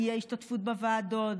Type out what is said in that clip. באי-השתתפות בוועדות,